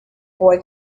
boy